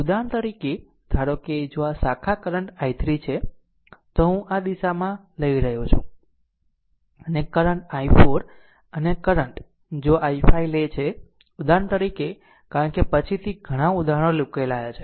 ઉદાહરણ તરીકે ધારો કે જો આ શાખા કરંટ i3 છે તો હું આ દિશામાં લઈ રહ્યો છું અને આ કરંટ i4 અને આ કરંટ જો i5 લે છે ઉદાહરણ તરીકે કારણ કે પછીથી ઘણા ઉદાહરણો ઉકેલાયા છે